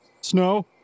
snow